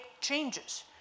changes